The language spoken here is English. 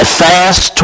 fast